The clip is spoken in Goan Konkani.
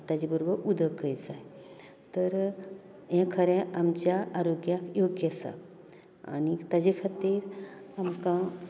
ताचे बरोबर उदकय जाय तर हें खरें आमच्या आरोग्याक योग्य आसा आनी ताजे खातीर आमकां